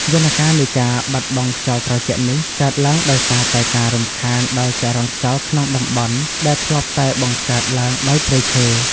យន្តការនៃការបាត់បង់ខ្យល់ត្រជាក់នេះ កើតឡើងដោយសារតែការរំខានដល់ចរន្តខ្យល់ក្នុងតំបន់ដែលធ្លាប់តែបង្កើតឡើងដោយព្រៃឈើ។